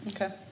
Okay